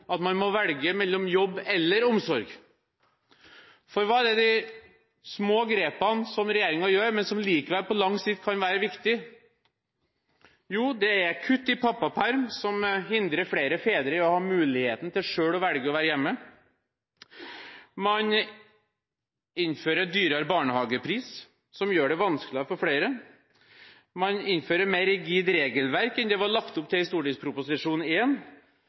at man må velge jobb eller omsorg. Hva er det de små grepene gjør, som regjeringen tar, men som på lang sikt likevel kan være viktige? Jo, det er kutt i pappaperm, som hindrer flere fedre i å ha muligheten til selv å velge å være hjemme. Man innfører høyere barnehagepris, som gjør det vanskeligere for flere. Man innfører mer rigid regelverk enn det var lagt opp til i